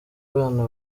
abana